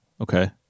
Okay